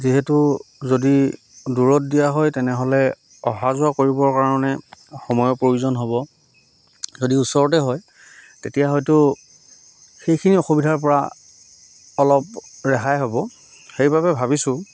যিহেতু যদি দূৰত দিয়া হয় তেনেহ'লে অহা যোৱা কৰিবৰ কাৰণে সময়ৰ প্ৰয়োজন হ'ব যদি ওচৰতে হয় তেতিয়া হয়টো সেইখিনি অসুবিধাৰ পৰা অলপ ৰেহাই হ'ব সেইবাবে ভাবিছোঁ